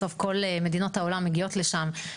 בסוף כל מדינות העולם מגיעות לשם.